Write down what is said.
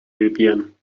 libyen